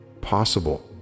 possible